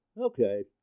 Okay